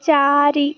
ଚାରି